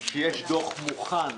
שיש דוח מוכן,